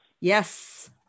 Yes